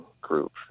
group